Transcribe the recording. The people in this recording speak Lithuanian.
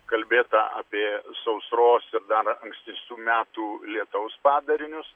kalbėta apie sausros ir dar ankstesnių metų lietaus padarinius